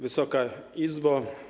Wysoka Izbo!